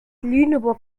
lüneburg